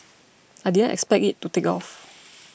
I didn't expect it to take off